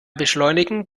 beschleunigen